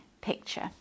picture